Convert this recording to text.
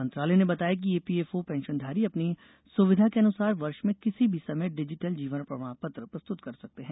मंत्रालय ने बताया कि ईपीएफओ पेंशनधारी अपनी सुविधा के अनुसार वर्ष में किसी भी समय डिजिटल जीवन प्रमाण पत्र प्रस्तुत कर सकते हैं